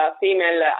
female